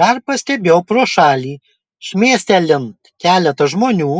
dar pastebėjau pro šalį šmėstelint keletą žmonių